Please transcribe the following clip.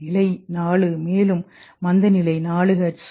நிலை 4 மேலும் மந்தநிலை 4 ஹெர்ட்ஸ்